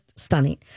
stunning